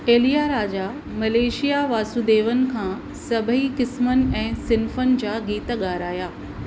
Ilaiyaraaja Malaysia वासुदेवनि खां सभेई क़िस्मनि ऐं सिन्फ़नि जा गीत ॻाराया